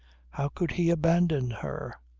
how could he abandon her?